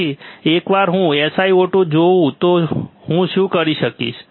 તેથી એકવાર હું SiO2 જોઉં તો હું શું કરીશ